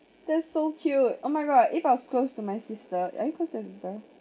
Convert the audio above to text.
that's so cute oh my god if I was close to my sister are you close to your sister